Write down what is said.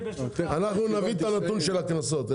אנחנו נביא את הנתון של הקנסות.